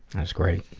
that's great.